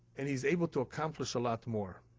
and he is able to accomplish a lot more.